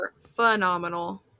phenomenal